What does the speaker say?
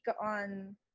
on